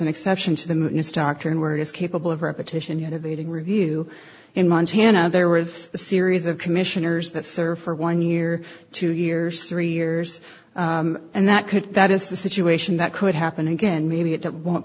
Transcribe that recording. an exception to the moon is doctrine word is capable of repetition yet evading review in montana there was a series of commissioners that serve for one year two years three years and that could that is the situation that could happen again maybe it won't